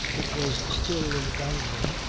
it was still in the dining room,